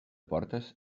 portes